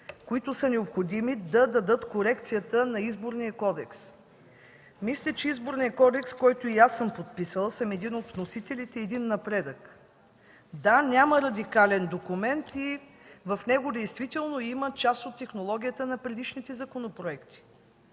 които са необходими да дадат корекцията на Изборния кодекс. Мисля, че Изборният кодекс, който и аз съм подписала като един от вносителите, е напредък. Да, няма радикален документ. И в него действително има част от технологията на предишните законопроекти.